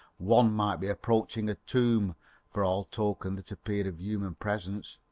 one might be approaching a tomb for all token that appeared of human presence.